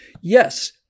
Yes